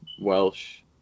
welsh